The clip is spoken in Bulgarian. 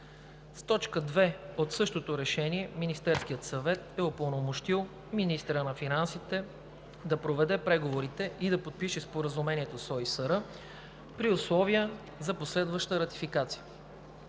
С т. 2 от същото решение Министерският съвет е упълномощил министъра на финансите да проведе преговорите и да подпише споразумението с ОИСР при условия за последваща ратификация.